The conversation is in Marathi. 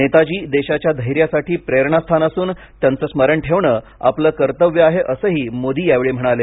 नेताजी देशाच्या धैर्यासाठी प्रेरणास्थान असून त्यांचे स्मरण ठेवणे आपले कर्तव्य आहे असंही मोदी यावेळी म्हणाले